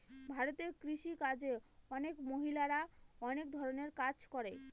ভারতে কৃষি কাজে অনেক মহিলারা অনেক ধরনের কাজ করে